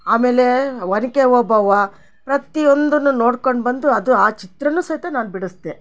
ಆಮೇಲೇ ವನಿಕೆ ಓಬವ್ವ ಪ್ರತಿಯೊಂದುನು ನೋಡ್ಕೊಂಡು ಬಂದು ಅದು ಆ ಚಿತ್ರನು ಸಹಿತ ನಾನ್ ಬಿಡಸ್ದೆ